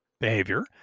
behavior